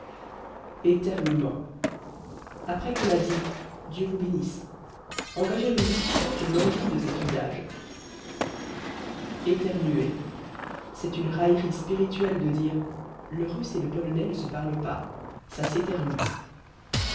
éternuement après qu'on a dit dieu vous bénisse engager une discussion sur l'origine de cet usage éternuer c'est une raillerie spirituelle de dire le russe et le polonais ne se parlent pas ça s'éternue